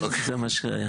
זה מה שהיה.